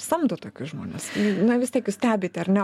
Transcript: samdo tokius žmones na vis tiek jūs stebite ar ne